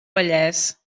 vallès